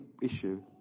issue